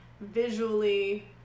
visually